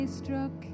struck